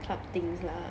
club things lah